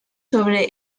sobre